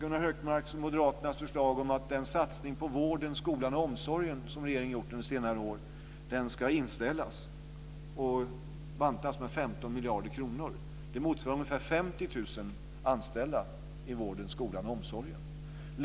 Gunnar Hökmark och Moderaterna föreslår att den satsning på vården, skolan och omsorgen som regeringen gjort under senare år ska bantas med 15 miljarder kronor. Det motsvarar ungefär 50 000 anställda i vården, skolan och omsorgen.